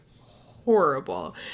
horrible